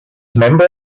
member